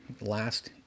last